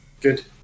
Good